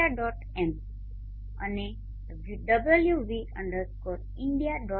m wv India